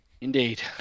Indeed